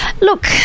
Look